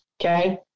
Okay